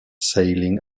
sailing